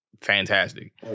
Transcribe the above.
fantastic